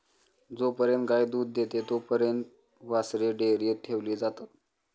जोपर्यंत गाय दूध देते तोपर्यंत वासरे डेअरीत ठेवली जातात